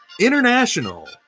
International